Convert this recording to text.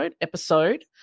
episode